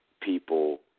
people